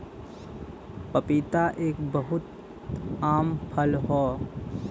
पपीता एक बहुत आम फल हौ